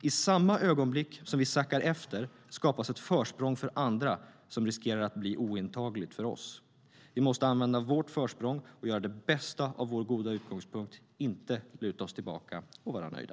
I samma ögonblick som vi sackar efter skapas ett försprång för andra, och vi riskerar att det blir ointagligt för oss. Vi måste använda vårt försprång och göra det bästa av vår goda utgångspunkt, inte luta oss tillbaka och vara nöjda.